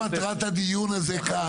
זאת מטרת הדיון הזה כאן.